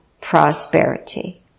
prosperity